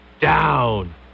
down